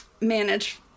manage